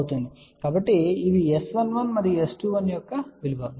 కాబట్టి ఇవి S11 మరియు S21 యొక్క విలువలు